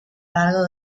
largo